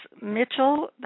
Mitchell